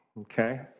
okay